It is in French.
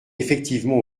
effectivement